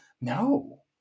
No